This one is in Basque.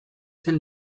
zen